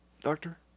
doctor